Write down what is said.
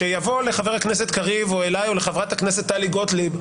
וכשיבוא לחבר הכנסת קריב או אלי או לחברת הכנסת טלי גוטליב,